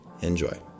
enjoy